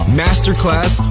masterclass